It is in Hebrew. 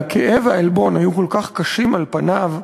והכאב והעלבון היו כל כך קשים על פניו,